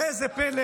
ראה זה פלא.